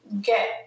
get